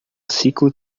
ciclo